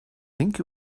think